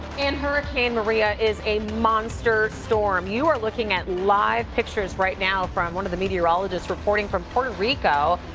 and hurricane maria is a monster storm! you are looking at live pictures right now from one of the meteorologists reporting from puerto rico.